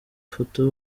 foto